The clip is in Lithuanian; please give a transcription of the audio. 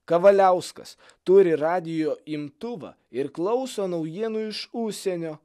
kavaliauskas turi radijo imtuvą ir klauso naujienų iš užsienio